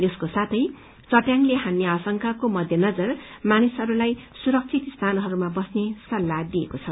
यसको साथै चट्याङले हान्ने आशंकाको मध्यनजर मानिसहरूलाई सुरक्षित स्थानहरूमा बस्ने सल्लाह दिइएको छ